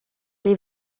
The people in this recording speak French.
les